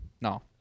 No